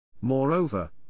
Moreover